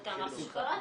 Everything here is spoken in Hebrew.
אתה אמרת שקראתם.